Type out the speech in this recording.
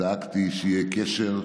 דאגתי שיהיה קשר,